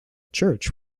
church